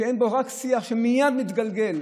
שמייד מתגלגל,